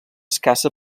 escassa